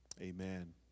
Amen